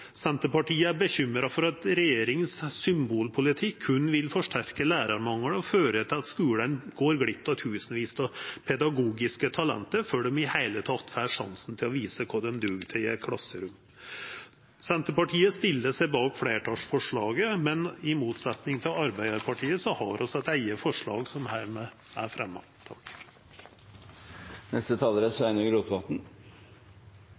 Senterpartiet er bekymra for at regjeringas symbolpolitikk berre vil forsterka lærarmangelen og føra til at skulen går glipp av tusenvis av pedagogiske talent før dei i det heile får sjansen til å visa kva dei duger til i eit klasserom. Senterpartiet stiller seg bak fleirtalsforslaget, men i motsetnad til Arbeidarpartiet har vi eit eige forslag, som hermed er